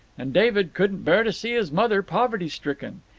and david couldn't bear to see his mother poverty-stricken.